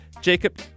Jacob